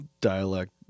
dialect